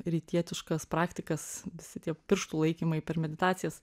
rytietiškas praktikas visi tie pirštų laikymui per meditacijas